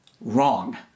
Wrong